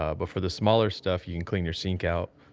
ah but for the smaller stuff, you can clean your sink out.